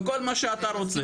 וכל מה שאתה רוצה.